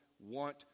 want